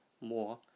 more